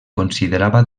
considerava